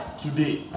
Today